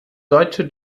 deutsche